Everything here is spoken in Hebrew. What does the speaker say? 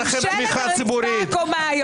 סוף כל סוף מצאנו את האשמים לקריסה של הכלכלה,